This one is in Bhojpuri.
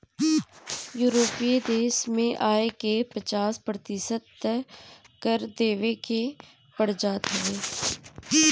यूरोपीय देस में आय के पचास प्रतिशत तअ कर देवे के पड़ जात हवे